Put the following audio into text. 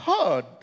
heard